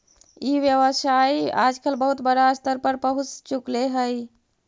ई व्यवसाय आजकल बहुत बड़ा स्तर पर पहुँच चुकले हइ